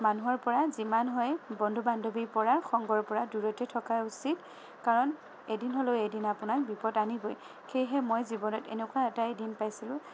মানুহৰ পৰা যিমান হয় বন্ধু বান্ধৱীৰ পৰা সংগৰ পৰা দূৰতে থকা উচিত কাৰণ এদিন হ'লেও এদিন আপোনাক বিপদ আনিবই সেয়েহে মই জীৱনত এনেকুৱা এটাই দিন পাইছিলোঁ